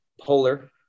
Polar